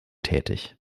tätig